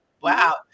Wow